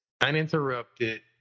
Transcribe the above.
Uninterrupted